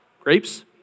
Grapes